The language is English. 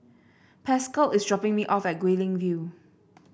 Pascal is dropping me off at Guilin View